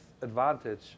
advantage